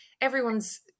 everyone's